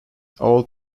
ought